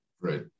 Right